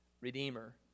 Redeemer